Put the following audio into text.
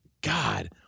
God